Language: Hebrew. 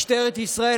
משטרת ישראל,